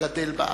הגדל בארץ.